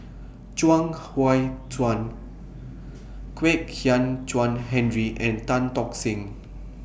Chuang Hui Tsuan Kwek Hian Chuan Henry and Tan Tock Seng